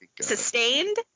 Sustained